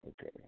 Okay